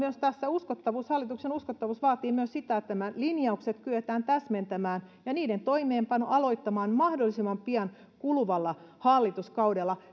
tässä myös että hallituksen uskottavuus vaatii myös sitä että nämä linjaukset kyetään täsmentämään ja niiden toimeenpano aloittamaan mahdollisimman pian kuluvalla hallituskaudella